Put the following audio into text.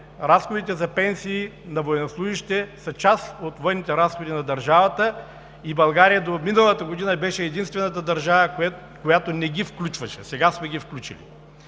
разходите за пенсии на военнослужещите са част от военните разходи на държавата и България до миналата година беше единствената държава, която не ги включваше. Сега сме ги включили.